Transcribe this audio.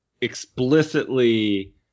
explicitly